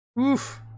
Oof